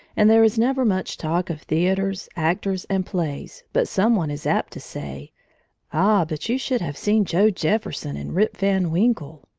and there is never much talk of theaters, actors, and plays but some one is apt to say ah, but you should have seen joe jefferson in rip van winkle!